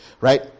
right